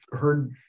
heard